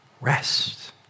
rest